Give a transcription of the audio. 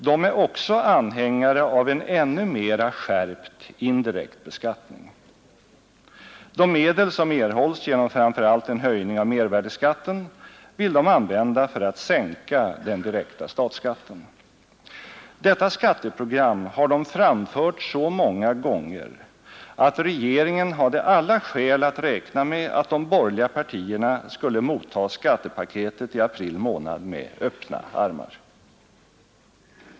De är också anhängare av en ännu mera skärpt indirekt beskattning. De medel som erhålls genom framför allt en höjning av mervärdeskatten vill de använda för att sänka den direkta statsskatten. Detta skatteprogram har de framfört så många gånger att regeringen hade alla skäl att räkna med att de borgerliga partierna skulle motta skattepaketet i april månad med öppna armar.